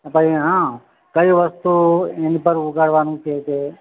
પછી હં કઈ વસ્તુ એની પર ઉગાડવાનું છે તે